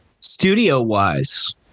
studio-wise